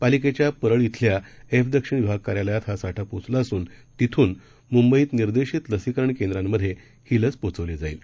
पालिकेच्यापरळ शिल्याएफ दक्षिणविभागकार्यालयातहासाठापोहोचलाअसूनतितूनमुंबईतनिर्देशितलसीकरणकेंद्रांमध्येहीलसपोहोचवलीजाईल